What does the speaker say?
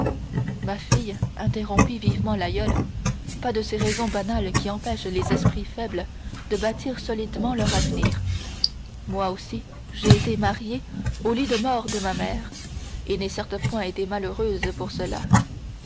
ma fille interrompit vivement l'aïeule pas de ces raisons banales qui empêchent les esprits faibles de bâtir solidement leur avenir moi aussi j'ai été mariée au lit de mort de ma mère et n'ai certes point été malheureuse pour cela